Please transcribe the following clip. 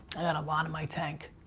and a lot in my tank.